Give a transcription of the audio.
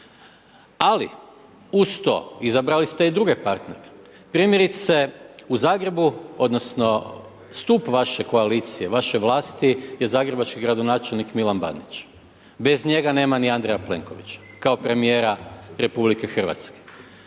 Ali uz to izabrali ste i druge partnere. Primjerice u Zagrebu, odnosno stup vaše koalicije, vaše vlasti je zagrebački gradonačelnik Milan Bandić. Bez njega nema ni Andreja Plenkovića kao premijera RH.